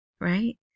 Right